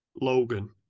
Logan